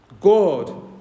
God